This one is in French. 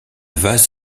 vase